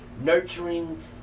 nurturing